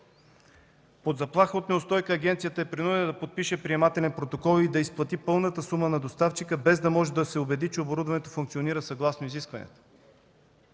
Под заплаха от неустойка агенцията е принудена да подпише приемателен протокол и да изплати пълната сума на доставчика, без да може да се убеди, че оборудването функционира съгласно изискванията.